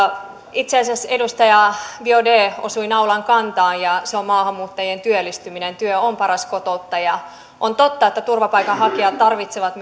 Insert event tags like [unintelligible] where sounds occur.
itse asiassa edustaja biaudet osui naulan kantaan ja se on maahanmuuttajien työllistyminen työ on paras kotouttaja on totta että turvapaikanhakijat tarvitsevat [unintelligible]